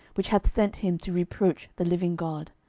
which hath sent him to reproach the living god.